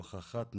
הוכחת נגישות,